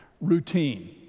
routine